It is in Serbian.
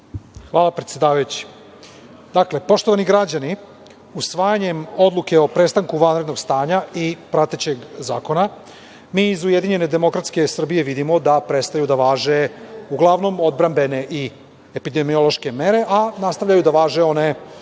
Hvala, predsedavajući. Poštovani građani, usvajanjem odluke o prestanku vanrednog stanja i pratećeg zakona mi iz Ujedinjene demokratske Srbije vidimo da prestaju da važe uglavnom odbrambene i epidemiološke mere, a nastavljaju da važe one